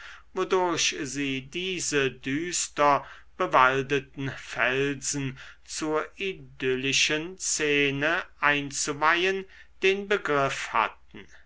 wodurch sie diese düster bewaldeten felsen zur idyllischen szene einzuweihen den begriff hatten